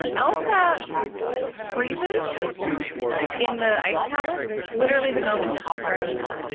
elsa freezes in the ice palace. literally, the moment that she froze,